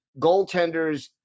goaltenders